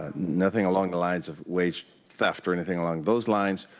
ah nothing along the lines of wage theft or anything along those lines,